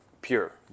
Pure